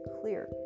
clear